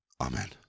Amen